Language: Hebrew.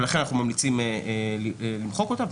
ולכן אנחנו ממליצים למחוק אותה.